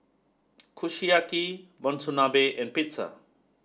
Kushiyaki Monsunabe and Pizza